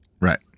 Right